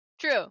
True